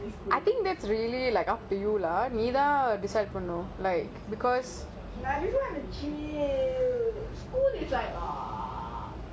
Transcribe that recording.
but I just want to chill school is like ugh